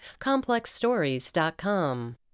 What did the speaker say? ComplexStories.com